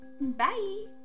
Bye